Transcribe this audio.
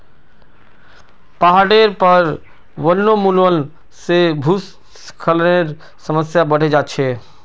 पहाडेर पर वनोन्मूलन से भूस्खलनेर समस्या बढ़े जा छे